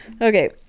Okay